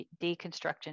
deconstruction